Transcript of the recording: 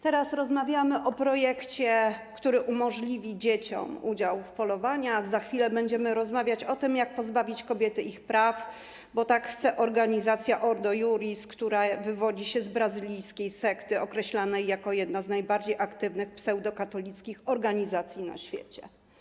Teraz rozmawiamy o projekcie, który umożliwi dzieciom udział w polowaniach, za chwilę będziemy rozmawiać o tym, jak pozbawić kobiety ich praw, bo tak chce organizacja Ordo Iuris, która wywodzi się z brazylijskiej sekty określanej jako jedna z najbardziej aktywnych pseudokatolickich organizacji na świecie.